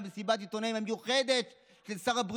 ומסיבת העיתונאים המיוחדת של שר הבריאות,